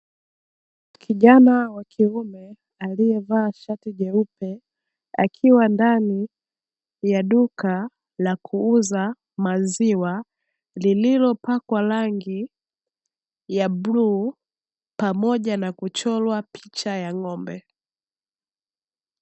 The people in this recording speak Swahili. Kijana wa kiume aliyevaa shati jeupe, akiwa ndani ya duka la kuuza maziwa lililopakwa rangi ya bluu pamoja na kuchorwa picha ya ng'ombe.